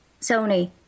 Sony